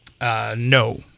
No